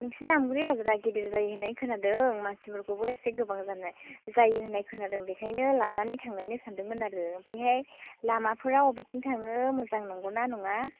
नोंसिनि आमगुरि बाजारआ गिदिर जायो होननाय खोनादों मानसिफोरखौबो एसे गोबां जानाय जायो होननाय खोनादों बेखायनो लानानै थांनायनो सानदोंमोन आरो ओमफ्रायहाय लामाफोरा अबेथिं थाङो मोजां नंगौ ना नङा